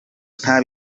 nta